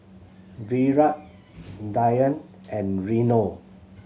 Virat Dhyan and Renu